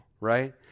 right